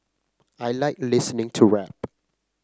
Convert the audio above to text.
I like listening to rap